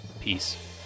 Peace